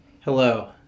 Hello